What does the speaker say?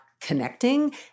connecting